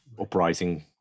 uprising